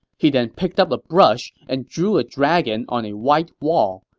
he then picked up a brush and drew a dragon on a white wall.